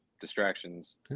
Distractions